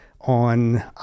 on